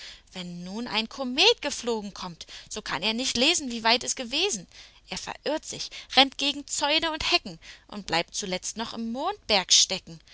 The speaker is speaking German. wenn nun ein komet geflogen kommt so kann er nicht lesen wie weit es gewesen er verirrt sich rennt gegen zäune und hecken und bleibt zuletzt noch im